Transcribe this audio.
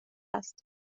است